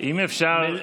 אם אפשר,